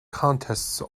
contests